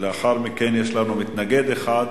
ולאחר מכן, יש לנו מתנגד אחד,